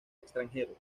extranjeros